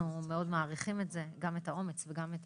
אנחנו מאוד מעריכים את זה, גם את האומץ וגם את